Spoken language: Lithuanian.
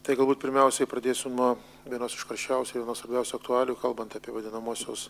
tai galbūt pirmiausiai pradėsiu nuo vienos iš karščiausių ir nuostabiausių aktualijų kalbant apie vadinamosios